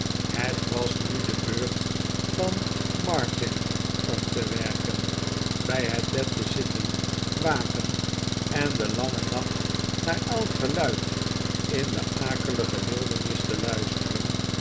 het was nu de beurt van martin om te werken bij het bed te zitten waken in den langen nacht naar elk geluid in de akelige wildernis te luisteren